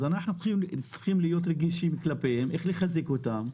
אנחנו צריכים להיות רגישים כלפיהם, לחזק אותם.